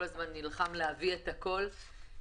כל הזמן נלחם להביא את הכל.